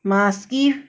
must give